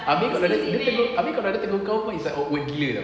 abeh kalau dia tegur kau abeh kalau dia tegur kau it's like awkward gila [tau]